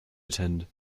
attend